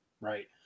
Right